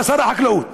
בא שר החקלאות.